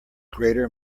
greater